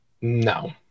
No